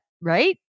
right